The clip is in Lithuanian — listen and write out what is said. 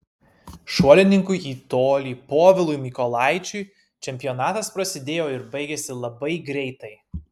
šuolininkui į tolį povilui mykolaičiui čempionatas prasidėjo ir baigėsi labai greitai